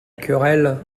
querelle